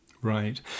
Right